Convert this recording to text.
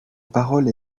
parole